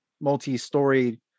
multi-story